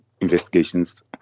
investigations